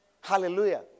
Hallelujah